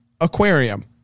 aquarium